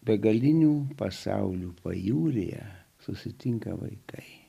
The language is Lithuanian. begalinių pasaulių pajūryje susitinka vaikai